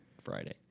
Friday